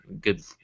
good